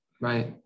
right